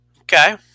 Okay